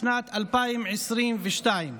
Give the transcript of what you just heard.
בשנת 2022,